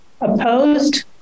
opposed